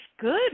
good